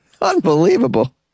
Unbelievable